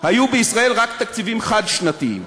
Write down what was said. היו בישראל רק תקציבים חד-שנתיים,